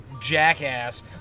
jackass